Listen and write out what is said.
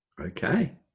Okay